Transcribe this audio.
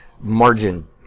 margin